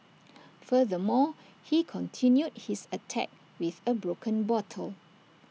furthermore he continued his attack with A broken bottle